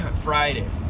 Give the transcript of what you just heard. Friday